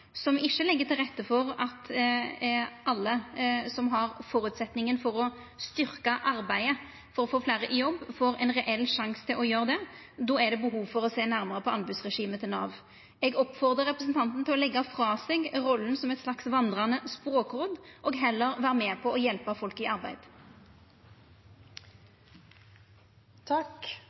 som ikkje legg til rette for at alle som har føresetnad for å styrkja arbeidet for å få fleire i jobb, får ein reell sjanse til å gjera det, er det behov for å sjå nærmare på anbodsregimet til Nav. Eg oppmodar representanten til å leggja frå seg rolla som eit slags vandrande språkråd og heller vera med på å hjelpa folk i arbeid.